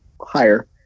Higher